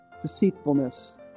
deceitfulness